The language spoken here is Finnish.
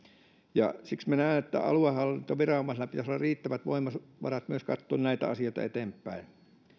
siksi minä näen että aluehallintoviranomaisella pitäisi olla riittävät voimavarat myös katsoa näitä asioita eteenpäin